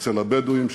אצל הבדואים,